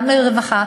גם לרווחה,